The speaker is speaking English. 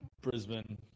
Brisbane